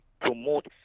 promote